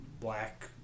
black